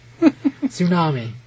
Tsunami